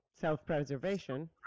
self-preservation